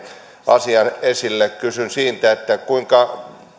asian esille kysyn siitä kuinka